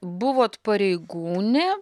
buvot pareigūnė